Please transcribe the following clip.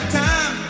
time